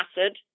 acid